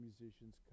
musicians